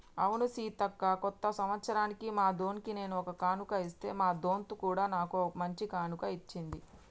అవును సీతక్క కొత్త సంవత్సరానికి మా దొన్కి నేను ఒక కానుక ఇస్తే మా దొంత్ కూడా నాకు ఓ మంచి కానుక ఇచ్చింది